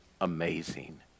amazing